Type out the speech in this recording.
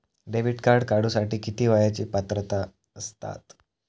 Debit card काढूसाठी किती वयाची पात्रता असतात?